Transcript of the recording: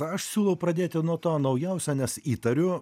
aš siūlau pradėti nuo to naujausio nes įtariu